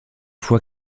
fois